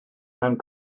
mewn